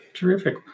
Terrific